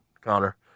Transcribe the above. Connor